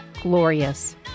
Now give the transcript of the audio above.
glorious